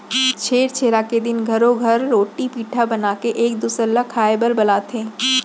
छेरछेरा के दिन घरो घर रोटी पिठा बनाके एक दूसर ल खाए बर बलाथे